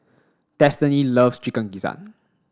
Destiny loves chicken gizzard